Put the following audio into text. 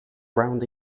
ground